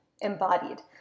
embodied